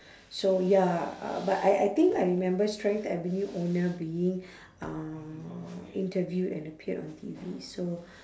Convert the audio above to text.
so ya uh but I I think I remember strength avenue owner being uh interviewed and appeared on T_V so